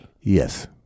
Yes